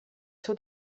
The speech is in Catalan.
seu